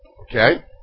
Okay